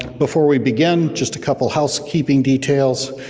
before we begin, just a couple housekeeping details.